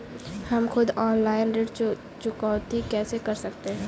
हम खुद ऑनलाइन ऋण चुकौती कैसे कर सकते हैं?